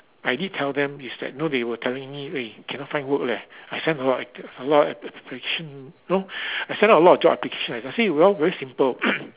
I did tell them is that no they were telling me eh cannot find work leh I send a lot a lot application know I send out a lot of job application I say you know very simple